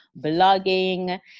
blogging